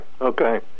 okay